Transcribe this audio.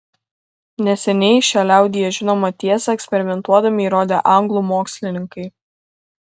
neseniai šią liaudyje žinomą tiesą eksperimentuodami įrodė anglų mokslininkai